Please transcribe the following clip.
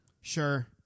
sure